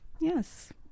Yes